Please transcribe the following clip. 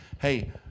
Hey